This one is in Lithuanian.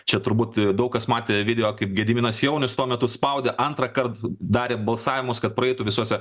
čia turbūt daug kas matė video kaip gediminas jaunius tuo metu spaudė antrąkart darė balsavimus kad praeitų visuose